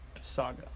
saga